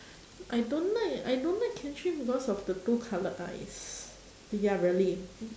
I don't like I don't like kenshin because of the two coloured eyes ya really